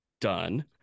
Done